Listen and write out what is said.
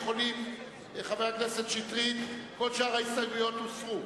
חבר הכנסת שטרית, כל שאר ההסתייגויות הוסרו.